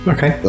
Okay